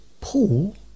Paul